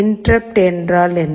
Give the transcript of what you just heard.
interrupt என்றால் என்ன